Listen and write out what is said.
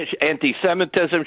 anti-Semitism